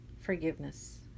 forgiveness